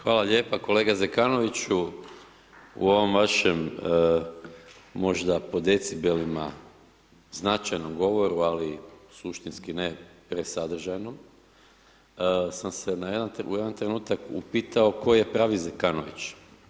Hvala lijepo kolega Zekanoviću, u ovom vašem, možda po decibelima značajnom govoru, ali suštinski ne sadržajno, sam se na jedan trenutak upitao tko je pravi Zekanović.